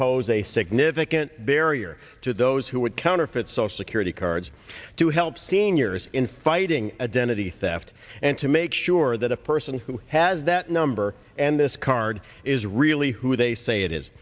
pose a significant barrier to those who would counterfeit social security cards to help seniors in fighting a den of the theft and to make sure that a person who has that number and this card is really who they say it is